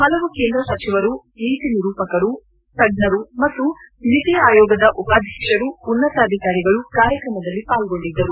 ಹಲವು ಕೇಂದ್ರ ಸಚಿವರು ನೀತಿ ನಿರೂಪಕರು ತಜ್ಞರು ಹಾಗೂ ನೀತಿ ಆಯೋಗದ ಉಪಾಧ್ಯಕ್ಷರು ಉನ್ನತಾಧಿಕಾರಿಗಳು ಕಾರ್ಯಕ್ರಮದಲ್ಲಿ ಪಾಲ್ಗೊಂಡಿದ್ದರು